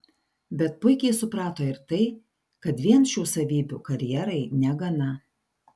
bet puikiai suprato ir tai kad vien šių savybių karjerai negana